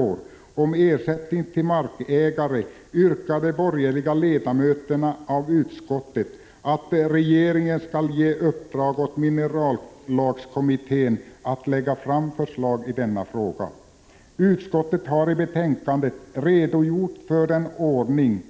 1985/86:125 ersättning till markägare, yrkar de borgerliga ledamöterna av utskottet att 23 april 1986 regeringen skall ge i uppdrag åt minerallagskommittén att lägga fram förslag i denna fråga. Utskottet har i betänkandet redogjort för den ordning